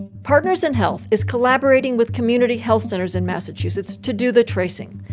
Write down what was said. partners in health is collaborating with community health centers in massachusetts to do the tracing.